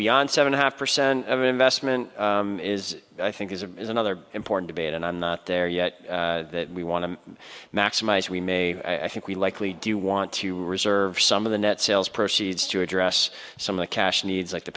beyond seven half percent of investment is i think is a is another important debate and i'm not there yet that we want to maximize we may i think we likely do want to reserve some of the net sales proceeds to address some of the cash needs like the